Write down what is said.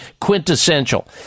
quintessential